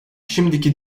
şimdiki